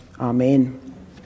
amen